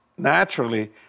Naturally